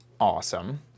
awesome